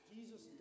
Jesus